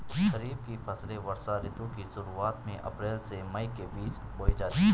खरीफ की फसलें वर्षा ऋतु की शुरुआत में, अप्रैल से मई के बीच बोई जाती हैं